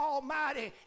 Almighty